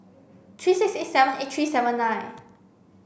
three six eight seven eight three seven nine